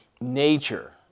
nature